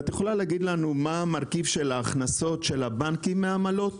את יכולה להגיד לנו מה המרכיב של ההכנסות של הבנקים מעמלות?